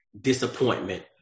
disappointment